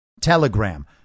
Telegram